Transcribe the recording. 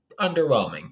underwhelming